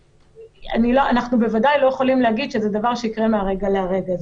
אנחנו בוודאי לא יכולים להגיד שזה דבר שיקרה מהרגע להרגע.